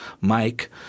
Mike